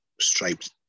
striped